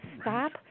stop